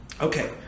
Okay